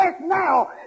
now